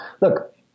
look